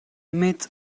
mit